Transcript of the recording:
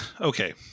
okay